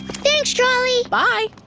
thanks, trolley! bye!